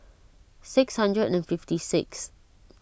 six hundred and fifty sixth